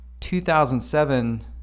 2007